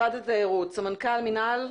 התיירות, סמנכ"ל מינהל,